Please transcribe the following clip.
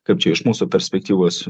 kaip čia iš mūsų perspektyvos